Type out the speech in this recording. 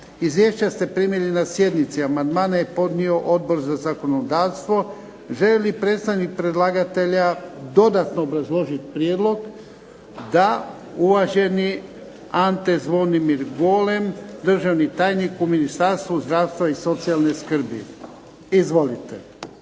Izvješća ste primili na sjednici. Amandmane je podnio Odbor za zakonodavstvo. Želi li predstavnik predlagatelja dodatno obrazložiti prijedlog? Da. Uvaženi Ante Zvonimir Golem, državni tajnik u Ministarstvu zdravstva i socijalne skrbi. Izvolite.